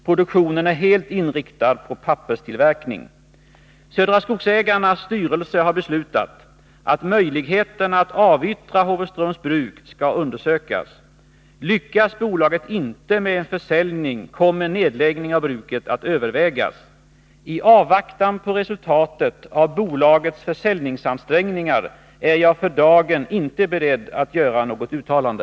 Produktionen är helt inriktad på papperstillverkning. Södra Skogsägarna AB:s styrelse har beslutat att möjligheterna att avyttra Håvreströms Bruk skall undersökas. Lyckas bolaget inte med en försäljning kommer nedläggning av bruket att övervägas. I avvaktan på resultatet av bolagets försäljningsansträngningar är jag för dagen inte beredd att göra något uttalande.